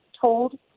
told